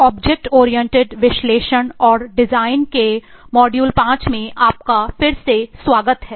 object oriented विश्लेषण और design के मॉड्यूल 5 में आपका फिर से स्वागत है